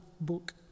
book